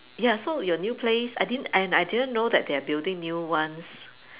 ya so your new place I did~ and I didn't know that they're building new ones